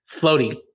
Floaty